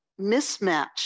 mismatch